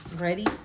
Ready